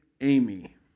Amy